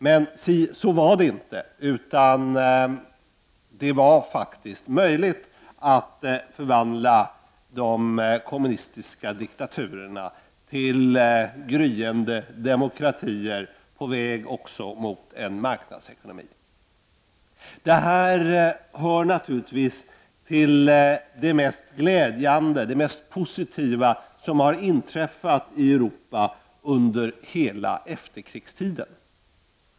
Men si, så var det inte, utan det var faktiskt möjligt att förvandla de kommunistiska diktaturerna till gryende demokratier på väg också mot en marknadsekonomi. Detta hör naturligtvis till det mest glädjande, det mest positiva som har inträffat i Europa under hela efterkrigstiden.